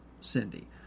Cindy